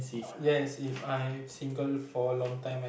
yes If I single for a long time and